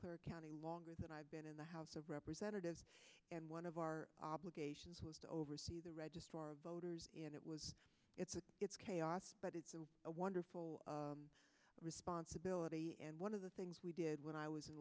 clara county longer than i've been in the house of representatives and one of our obligations was to oversee the registrar of voters and it was it's a it's chaos but it's a wonderful responsibility and one of the things we did when i was in